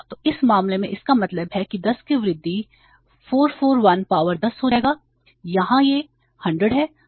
तो इस मामले में इसका मतलब है कि 10 की वृद्धि 441 पावर10 हो जाएगी यहाँ यह 100 है